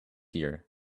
year